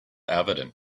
evident